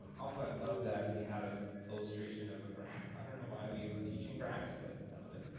um also i love that we had a illustration of a graph. i don't know why we and were teaching graphs, but i love it.